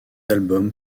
albums